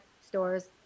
stores